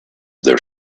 their